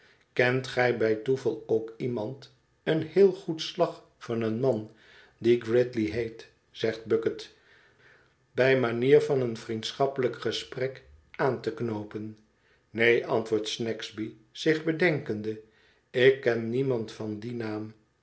kent gij bij toeval ook iemand een heel goed slag van een man die gridley heet zegt bucket bij manier vaneen vriendschappelijk gesprek aan te knoopen neen antwoordt snagsby zich bedenkende ik ken niemand van dien naam